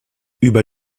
über